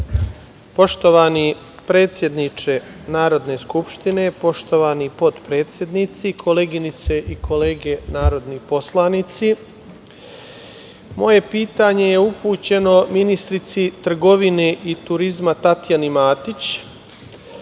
Poštovani predsedniče Narodne skupštine i poštovani potpredsednici, koleginice i kolege narodni poslanici, moje pitanje je upućeno ministarki trgovine i turizma Tatjani Matić. Da